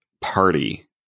party